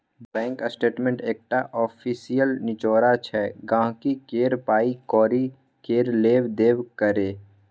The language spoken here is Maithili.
बैंक स्टेटमेंट एकटा आफिसियल निचोड़ छै गांहिकी केर पाइ कौड़ी केर लेब देब केर